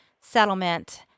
settlement